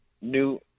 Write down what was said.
new